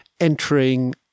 entering